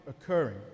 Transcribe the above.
occurring